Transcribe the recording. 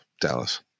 Dallas